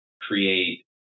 create